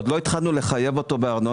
עוד לא התחלנו לחייב אותו בארנונה,